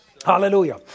Hallelujah